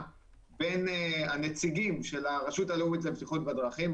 בין הנציגים של הרשות הלאומית לבטיחות בדרכים,